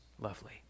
lovely